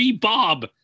Bob